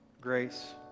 grace